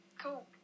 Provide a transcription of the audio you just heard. Cool